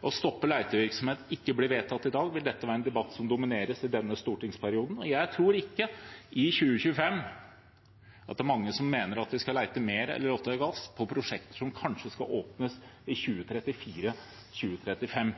å stoppe letevirksomhet ikke blir vedtatt i dag, vil dette være en debatt som dominerer i denne stortingsperioden. Jeg tror ikke at det i 2025 er mange som mener at vi skal lete mer etter olje og gass for prosjekter som kanskje skal åpnes i 2034/2035.